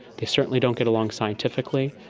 they certainly don't get along scientifically,